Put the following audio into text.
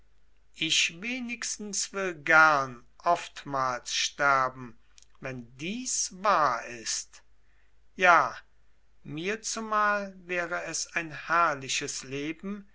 ich wenigstens will gern oftmals sterben wenn dies wahr ist ja mir zumal wäre es ein herrliches leben